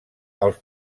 als